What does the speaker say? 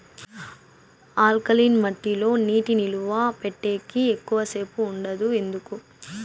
alkaline మట్టి లో నీటి నిలువ పెట్టేకి ఎక్కువగా సేపు ఉండదు ఎందుకు